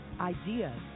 ideas